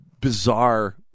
bizarre